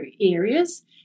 areas